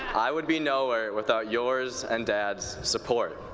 i would be nowhere without your's and dad's support,